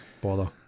bother